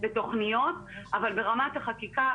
בתוכניות אבל ברמת החקיקה,